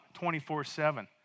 24-7